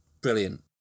brilliant